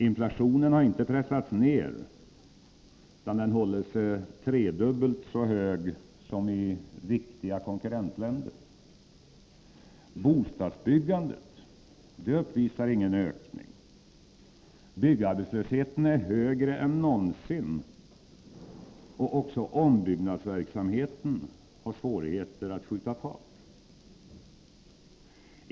Inflationen har inte pressats ned, utan den håller sig tre gånger så hög som i viktiga konkurrentländer. Bostadsbyggandet uppvisar ingen ökning — byggarbetslösheten är högre än någonsin, och också ombyggnadsverksamheten har svårigheter att skjuta fart.